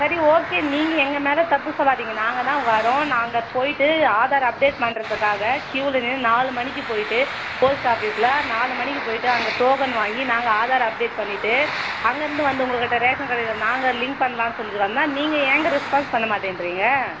சரி ஓகே நீங்கள் எங்கள் மேலே தப்பு சொல்லாதீங்க நாங்கள் தான் வரோம் நாங்கள் போய்விட்டு ஆதார் அப்டேட் பண்ணுறதுக்காக கியூவில் நின்று நாலு மணிக்கு போய்விட்டு போஸ்ட் ஆஃபீஸ்சில் நாலு மணிக்கு போய்விட்டு அங்கே டோக்கன் வாங்கி நாங்கள் ஆதார் அப்டேட் பண்ணிவிட்டு அங்கே இருந்து வந்து உங்கள் கிட்டே ரேஷன் கடையில் நாங்கள் லிங்க் பண்ணலாம்னு சொல்லிட்டு வந்தால் நீங்கள் ஏங்க ரெஸ்பான்ஸ் பண்ண மாட்டேன்ட்றீங்க